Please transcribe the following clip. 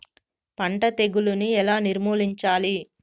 పంట తెగులుని ఎలా నిర్మూలించాలి?